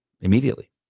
immediately